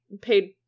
paid